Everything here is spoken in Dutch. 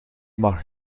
mag